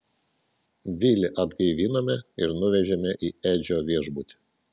vilį atgaivinome ir nuvežėme į edžio viešbutį